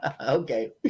Okay